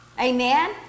Amen